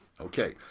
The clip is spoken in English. okay